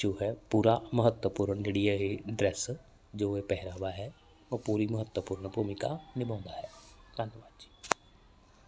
ਜੋ ਹੈ ਪੂਰਾ ਮਹੱਤਵਪੂਰਨ ਜਿਹੜੀ ਹੈ ਇਹ ਡਰੈਸ ਜੋ ਇਹ ਪਹਿਰਾਵਾ ਹੈ ਉਹ ਪੂਰੀ ਮਹੱਤਵਪੂਰਨ ਭੂਮਿਕਾ ਨਿਭਾਉਂਦਾ ਹੈ ਧੰਨਵਾਦ ਜੀ